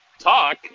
talk